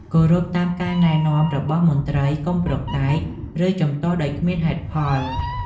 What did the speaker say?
គោរពតាមការណែនាំរបស់មន្ត្រីកុំប្រកែក ឬជំទាស់ដោយគ្មានហេតុផល។